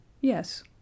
Yes